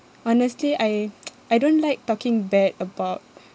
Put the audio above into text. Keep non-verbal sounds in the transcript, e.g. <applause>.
honestly I <noise> I don't like talking bad about